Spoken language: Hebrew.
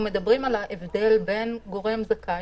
אנחנו מדברים על ההבדל בין גורם זכאי,